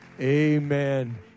Amen